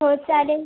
हो चालेल